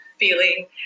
Feeling